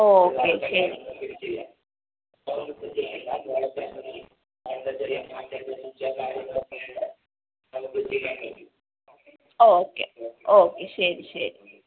okay ശരി okay okay ശരി ശരി